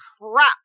crap